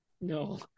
No